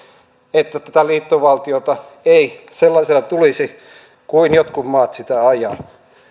että tätä liittovaltiota ei sellaisena tulisi kuin jotkut maat sitä ajavat